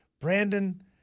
Brandon